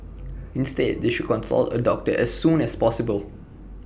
instead they should consult A doctor as soon as possible